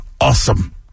awesome